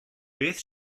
beth